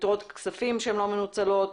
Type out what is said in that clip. יתרות כספים שלא מנוצלות,